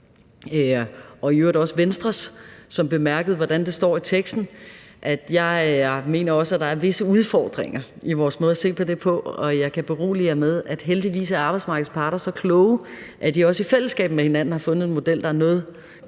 og i øvrigt også Venstres, som bemærkede, hvordan det står i teksten, at jeg også mener, at der er visse udfordringer i vores måde at se på det på. Og jeg kan berolige af jer med, at heldigvis er arbejdsmarkedets parter så kloge, at de også i fællesskab med hinanden har fundet en model, der er noget